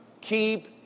keep